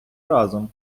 разом